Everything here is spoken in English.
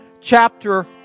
chapter